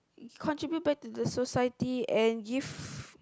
contribute back to the society and give